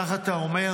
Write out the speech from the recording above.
כך אתה אומר.